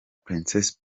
princess